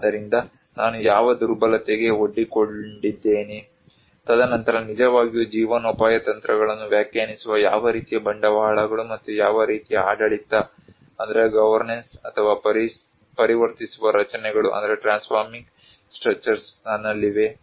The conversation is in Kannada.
ಆದ್ದರಿಂದ ನಾನು ಯಾವ ದುರ್ಬಲತೆಗೆ ಒಡ್ಡಿಕೊಂಡಿದ್ದೇನೆ ತದನಂತರ ನಿಜವಾಗಿಯೂ ಜೀವನೋಪಾಯ ತಂತ್ರಗಳನ್ನು ವ್ಯಾಖ್ಯಾನಿಸುವ ಯಾವ ರೀತಿಯ ಬಂಡವಾಳಗಳು ಮತ್ತು ಯಾವ ರೀತಿಯ ಆಡಳಿತ ಅಥವಾ ಪರಿವರ್ತಿಸುವ ರಚನೆಗಳು ನನ್ನಲ್ಲಿವೆ